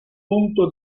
punto